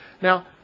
Now